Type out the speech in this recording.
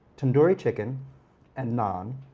tandoori chicken and naan,